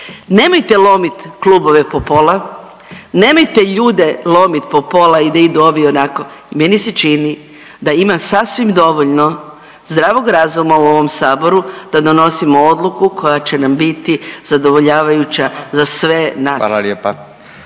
Nemojte lomiti klubove po pola, nemojte ljude lomit po pola i da idu ovi onako. Meni se čini da ima sasvim dovoljno zdravog razuma u ovom Saboru da donosimo odluku u koja će nam biti zadovoljavajuća za sve nas.